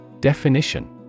Definition